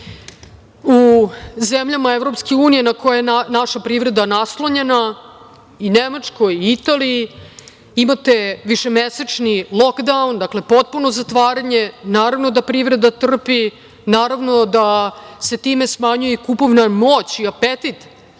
u zemljama EU na koje je naša privreda naslonjena, i Nemačkoj i Italiji. Imate višemesečni lokdaun, dakle, potpuno zatvaranje. Naravno da privreda trpi, naravno da se time smanjuje i kupovna moć i apetit